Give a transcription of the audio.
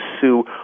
sue